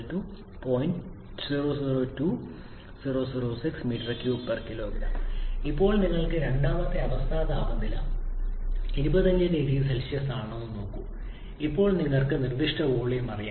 002006 m3 kg ഇപ്പോൾ രണ്ടാമത്തെ സംസ്ഥാന താപനില 25 0 സി ആണെന്ന് നോക്കൂ ഇപ്പോൾ നിങ്ങൾക്ക് നിർദ്ദിഷ്ട വോളിയം അറിയാം